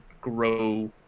grow